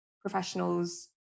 professionals